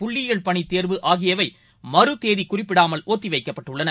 புள்ளியியல் பணிதேர்வு ஆகியவை மறு தேதிகுறிப்பிடப்படாமல் ஒத்திவைக்கப்பட்டுள்ளன